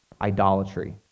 Idolatry